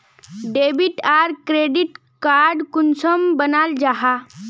Debit आर credit card कुंसम बनाल जाहा?